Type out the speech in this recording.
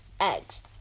eggs